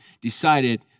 decided